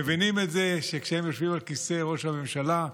מבינים שכשהם יושבים על כיסא ראש הממשלה,